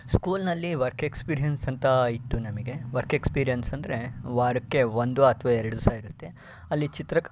ಸ್ಕೂಲ್ನಲ್ಲಿ work experience ಅಂತ ಇತ್ತು ನಮಗೆ ವರ್ಕ್ ಎಕ್ಸ್ಪೀರಿಯನ್ಸ್ ಅಂದರೆ ವಾರಕ್ಕೆ ಒಂದು ಅಥವಾ ಎರಡು ದಿವಸ ಇರತ್ತೆ ಅಲ್ಲಿ ಚಿತ್ರ